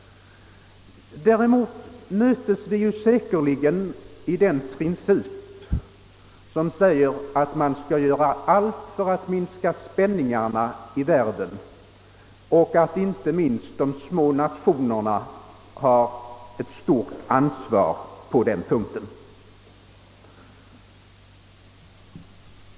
Däremot möts vi säkerligen i principen, att man skall göra allt för att minska spänningarna i världen och att inte minst de små nationerna har ett stort ansvar på den punkten.